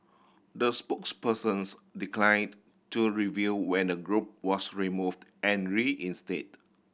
the spokespersons declined to reveal when the group was removed and reinstated